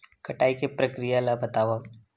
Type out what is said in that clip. कटाई के प्रक्रिया ला बतावव?